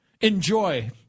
Enjoy